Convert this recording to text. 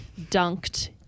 dunked